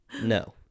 No